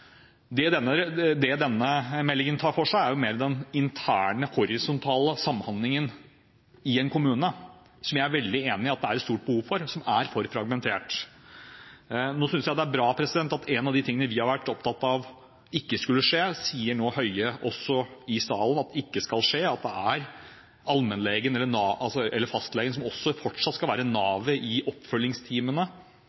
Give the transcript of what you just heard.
Det denne meldingen tar for seg, er mer den interne, horisontale samhandlingen i en kommune – som jeg er veldig enig i at det er et stort behov for – som er for fragmentert. Jeg synes det er bra at noe av det vi har vært opptatt av at ikke skal skje, sier nå også statsråd Høie i salen ikke skal skje. Det er fastlegen som fortsatt skal være navet i oppfølgingsteamene,